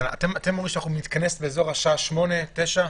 אתם אומרים שנתכנס באזור השעה 09:00-08:00.